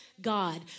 God